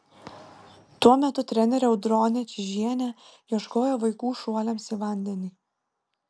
tuo metu trenerė audronė čižienė ieškojo vaikų šuoliams į vandenį